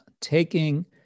Taking